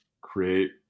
create